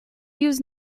use